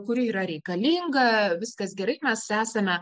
kuri yra reikalinga viskas gerai mes esame